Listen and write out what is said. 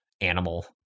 animal